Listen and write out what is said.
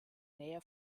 nähe